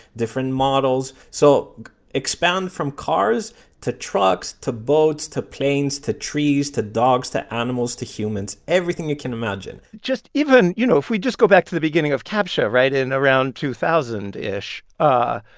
different models. so expand from cars to trucks to boats to planes to trees to dogs to animals to humans everything you can imagine just even you know, if we just go back to the beginning of captcha right? in around two thousand ish, ah